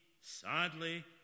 sadly